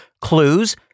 clues